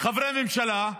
חברי ממשלה,